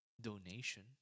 donation